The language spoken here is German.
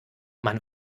man